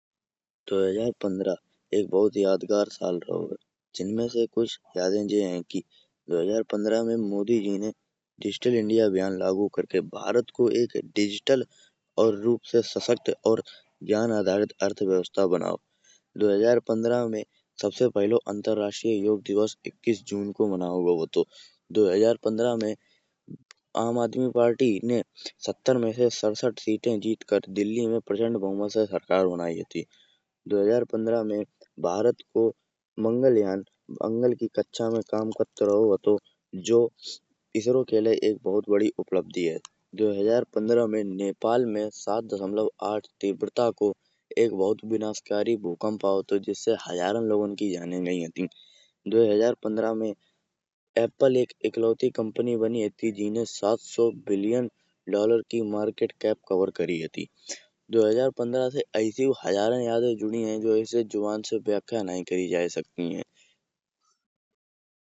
दो हजार पंद्रह एक बहुत यादगार साल रहो है जिनमे से कुछ यादें जे है। कि दो हजार पंद्रह में मोदी जी ने डिजिटल इंडिया अभियान लागू करके भारत को एक डिजिटल रूप से सशक्त और ज्ञान आधारित अर्थव्यवस्था बनाओ। दो हजार पंद्रह में सबसे पहलो अंतरराष्ट्रीय योग दिवस इक्कीस जून को मनाओ गओ हातो। दो हजार पंद्रह में आम आदमी पार्टी ने सत्तर में से सरसठ सीटें जीत कर दिल्ली में प्रचंड बहुमत से सरकार बनायीं हती। दो हजार पंद्रह में भारत को मंगलयान मंगल की कक्षा में काम करते रहो हातो जो इसरो के लिए एक बहुत बड़ी उपलब्धि है। दो हजार पंद्रह में नेपाल में सेवन पॉइंट एट तीव्रता को एक बहुत विनाशकारी भूकंप आओ थो जिससे हजारों लोगन की जाने गयी हती। दो हजार पंद्रह में एप्पल एक एकलौती कंपनी बनी हती जे ने सात सौ बिलियन डॉलर की मार्केट कैप कवर करि हती। दो हजार पंद्रह से ऐसी हजारें यादे जुड़ी है जो ऐस जुबान से व्याख्या नहीं करि जा सकती है।